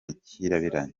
kirabiranya